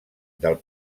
del